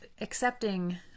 accepting